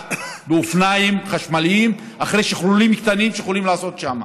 באופניים חשמליים אחרי שכלולים קטנים שיכולים לעשות בהם.